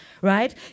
right